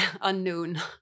unknown